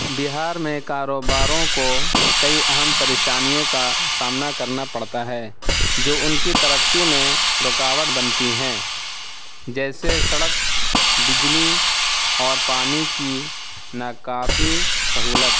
بہار میں کاروباروں کو کئی اہم پریشانیوں کا سامنا کرنا پڑتا ہے جو ان کی ترقی میں رکاوٹ بنتی ہیں جیسے سڑک بجلی اور پانی کی ناکافی سہولت